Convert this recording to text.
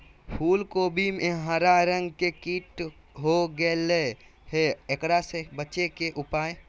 फूल कोबी में हरा रंग के कीट हो गेलै हैं, एकरा से बचे के उपाय?